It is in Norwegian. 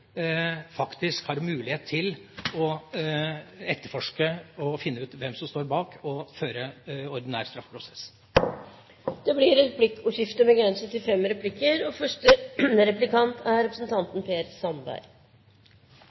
faktisk har mulighet til å etterforske og finne ut hvem som står bak, og føre en ordinær straffeprosess. Det blir replikkordskifte. Debatten handler om en forståelse av hva datalagringsdirektivet er